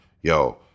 yo